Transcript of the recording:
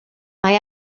mae